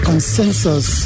Consensus